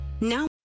Now